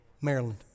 Maryland